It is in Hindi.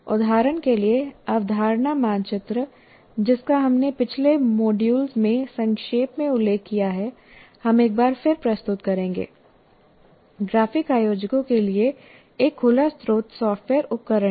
उदाहरण के लिए अवधारणा मानचित्र जिसका हमने पिछले मॉड्यूल में संक्षेप में उल्लेख किया है हम एक बार फिर प्रस्तुत करेंगे ग्राफिक आयोजकों के लिए एक खुला स्त्रोत सॉफ्टवेयर उपकरण है